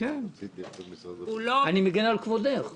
היו דיונים גם בוועדת הפנים,